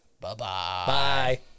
Bye-bye